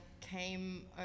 came